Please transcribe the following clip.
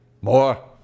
More